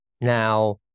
Now